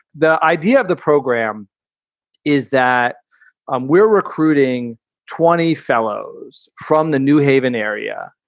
the idea of the program is that um we're recruiting twenty fellows from the new haven area.